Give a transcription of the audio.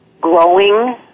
growing